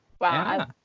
Wow